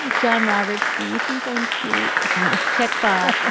john roberts, do you think i'm cute checkbox? ah